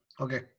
Okay